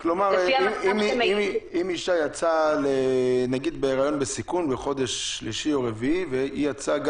כלומר, אם אישה בהיריון בסיכון ועדיין לא יצאה